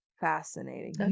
fascinating